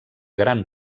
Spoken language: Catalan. gran